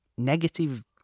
negative